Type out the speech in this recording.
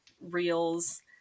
reels